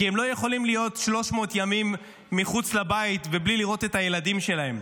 כי הם לא יכולים להיות 300 ימים מחוץ לבית ובלי לראות את הילדים שלהם,